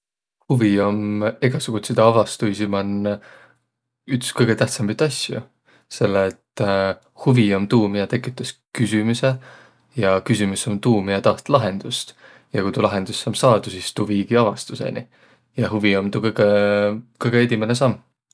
Huvi om egäsugutsidõ avastuisi man üts kõgõ tähtsämbit asjo, selle et huvi om tuu, miä tekütäs küsümüse ja küsümüs om tuu, miä taht lahendust ja ku tuu lahendus om saadu, sis tuu viigi avastusõni. Ja huvi om tuu om tuu kõgõ, kõgõ edimäne samm.